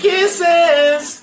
Kisses